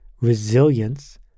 resilience